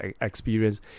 experience